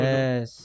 Yes